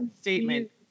statement